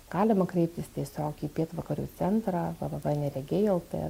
galima kreiptis tiesiog į pietvakarių centrą www neregiai lt